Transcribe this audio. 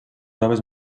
joves